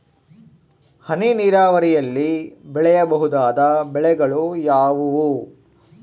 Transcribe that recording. ಹನಿ ನೇರಾವರಿಯಲ್ಲಿ ಬೆಳೆಯಬಹುದಾದ ಬೆಳೆಗಳು ಯಾವುವು?